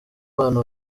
bana